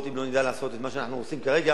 אם לא נדע לעשות את מה שאנחנו עושים כרגע.